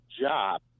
job